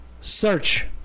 Search